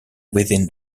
within